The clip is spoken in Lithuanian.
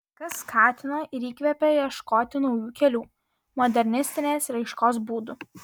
kas skatino ir įkvėpė ieškoti naujų kelių modernistinės raiškos būdų